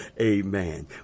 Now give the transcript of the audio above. Amen